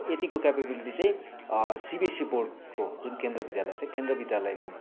यतिको क्यापाबिलिटी चाहिँ सिबिएससी बोर्डको जुन केन्द्रीय विद्यालय छ केन्द्रीय विद्यालयमा